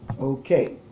okay